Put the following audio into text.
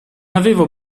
avevo